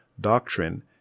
doctrine